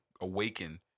awaken